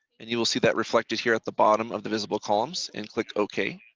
and you will see that reflected here at the bottom of the visible columns and click okay.